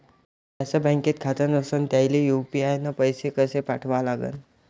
ज्याचं बँकेत खातं नसणं त्याईले यू.पी.आय न पैसे कसे पाठवा लागन?